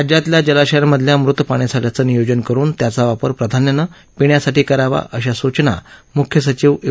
राज्यातल्या जलाशयांमधल्या मृत पाणीसाठ्याचं नियोजन करुन त्याचा वापर प्राधान्यानं पिण्यासाठी करावा अशा सूचना मुख्य सचिव यु